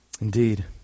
Indeed